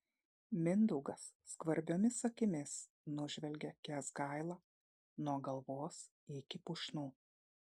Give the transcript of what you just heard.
mindaugas skvarbiomis akimis nužvelgia kęsgailą nuo galvos iki pušnų